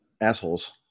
assholes